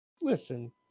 listen